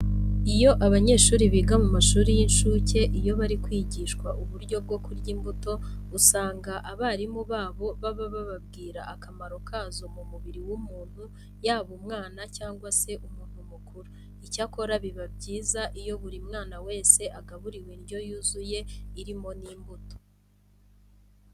Iyo abanyeshuri biga mu mashuri y'incuke iyo bari kwigishwa uburyo bwo kurya imbuto, usanga abarimu babo baba bababwira akamaro kazo mu mubiri w'umuntu yaba umwana cyangwa se umuntu mukuru. Icyakora biba byiza iyo buri mwana wese agaburiwe indyo yuzuye irimo n'imbuto.